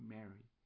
Mary